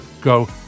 go